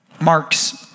Marx